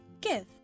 Give